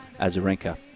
Azarenka